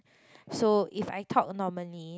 so if I talk normally